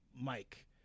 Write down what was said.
Mike